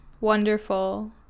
wonderful